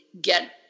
get